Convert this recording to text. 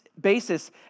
basis